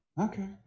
Okay